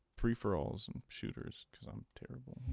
peripherals and shooters, um